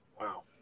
Wow